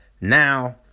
Now